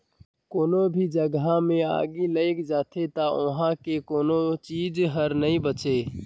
कोनो भी जघा मे आगि लइग जाथे त उहां के कोनो चीच हर नइ बांचे